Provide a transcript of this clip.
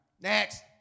Next